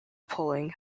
polling